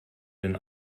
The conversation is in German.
den